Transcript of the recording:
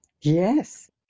yes